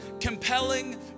compelling